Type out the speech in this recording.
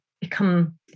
become